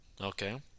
Okay